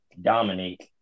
Dominate